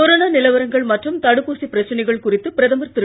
கொரோனாநிலவரங்கள்மற்றும்தடுப்பூசிபிரச்சனைகள்குறித்துபிரத மர்திரு